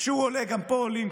כשהוא עולה גם פה עולים,